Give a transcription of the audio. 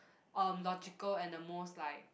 um logical and the most like